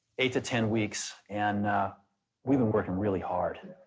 eight to ten weeks and we've been working really hard.